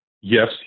yes